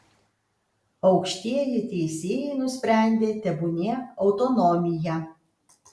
aukštieji teisėjai nusprendė tebūnie autonomija